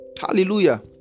Hallelujah